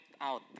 out